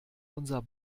unser